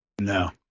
No